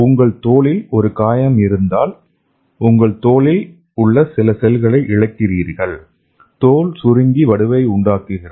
உங்கள் தோலில் ஒரு காயம் இருந்தால் நீங்கள் தோலில் உள்ள சில செல்களை இழக்கிறீர்கள் தோல் சுருங்கி வடுவை உருவாக்குகிறது